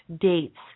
dates